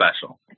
special